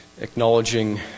acknowledging